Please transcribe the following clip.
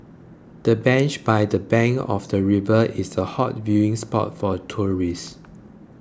the bench by the bank of the river is a hot viewing spot for tourists